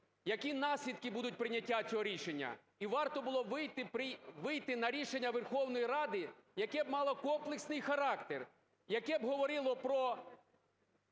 які наслідки будуть прийняття цього рішення. І варто було б вийти на рішення Верховної Ради, яке б мало комплексний характер, яке б говорило про